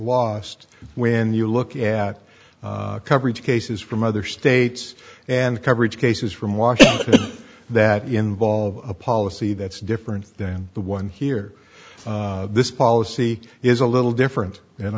lost when you look at coverage cases from other states and coverage cases from washington that involve a policy that's different than the one here this policy is a little different and